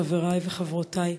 חברי וחברותי,